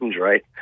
right